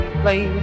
play